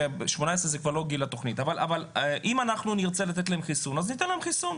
אבל אם נרצה לתת להם חיסון אז ניתן להם חיסון.